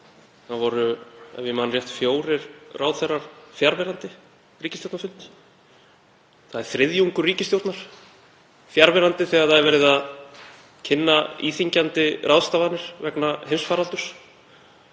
voru, ef ég man rétt, fjórir ráðherrar fjarverandi ríkisstjórnarfund. Þriðjungur ríkisstjórnar er fjarverandi þegar verið er að kynna íþyngjandi ráðstafanir vegna heimsfaraldurs.